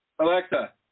Alexa